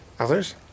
others